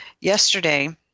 Yesterday